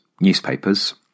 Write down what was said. newspapers